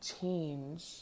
change